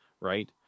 right